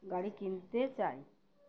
গাড়ি কিনতে চাই